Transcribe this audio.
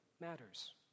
matters